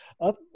up